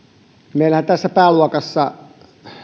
meillähän tässä pääluokassa on